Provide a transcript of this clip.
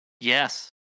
yes